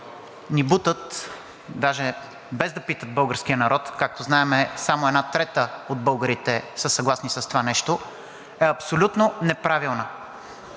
ни бутат, даже без да питат българския народ, както знаем, само една трета от българите са съгласни с това нещо, е абсолютно неправилна.